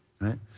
right